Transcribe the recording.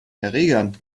erregern